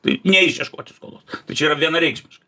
tai neišieškoti skolos tai čia yra vienareikšmiškai